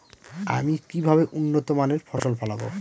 আমি কিভাবে উন্নত মানের ফসল ফলাব?